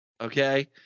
Okay